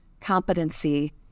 competency